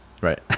Right